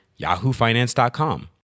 yahoofinance.com